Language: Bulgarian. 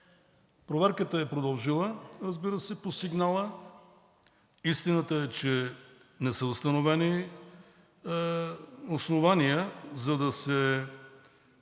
Проверката е продължила, разбира се, по сигнала. Истината е, че не са установени основания, за да се